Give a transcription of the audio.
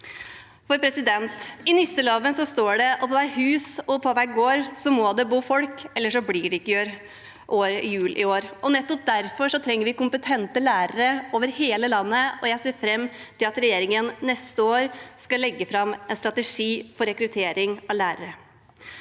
I nisseloven står det at «i hvert hus og på hver gård må det bo folk, for ellers blir det ikke jul i år». Nettopp derfor trenger vi kompetente lærere over hele landet, og jeg ser fram til at regjeringen neste år skal legge fram en strategi for rekruttering av lærere.